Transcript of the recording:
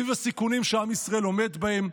סביב הסיכונים שעם ישראל עומד בהם.